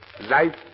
Life